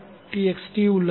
txt உள்ளது